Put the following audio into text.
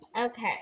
Okay